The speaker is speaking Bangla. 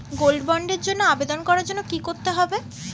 গোল্ড বন্ডের জন্য আবেদন করার জন্য কি করতে হবে?